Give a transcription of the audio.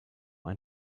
ein